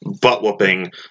butt-whooping